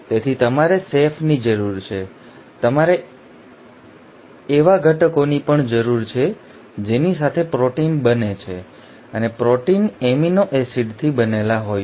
તેથી તમારે શેફની જરૂર છે તમારે એવા ઘટકોની પણ જરૂર છે જેની સાથે પ્રોટીન બને છે અને પ્રોટીન એમિનો એસિડથી બનેલા હોય છે